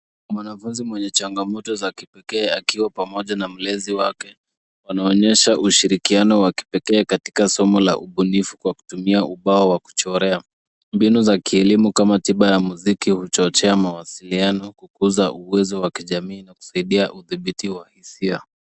Mwanafunzi mwenye changamoto za kipekee akiwa pamoja na mlezi wake. Anaonyesha ushirikiano wa kipekee katika somo la ubunifu kwa kutumia ubao wa kuchorea. Mbinu za kielimu kama tiba ya muziki huchochea ya mawasiliano, kukuza uwezo wa kijamii na kusaidia udhibiti wa hisia.